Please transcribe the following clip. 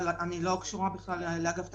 אבל אני לא קשורה לאגף התקציבים,